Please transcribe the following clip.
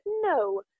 no